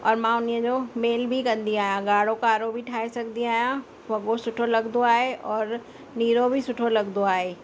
और मां उन ई जो मेल बि कंदी आहियां ॻाढ़ो कारो बि ठाहे सघंदी आहियां वॻो सुठो लॻंदो आहे और नीरो बि सुठो लॻंदो आहे